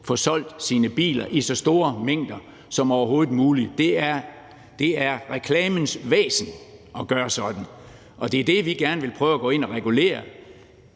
få solgt så mange biler som overhovedet muligt. Det er reklamens væsen at gøre sådan, og det er det, vi gerne vil prøve at gå ind og regulere.